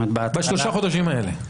בשלושה החודשים האלה.